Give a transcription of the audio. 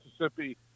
Mississippi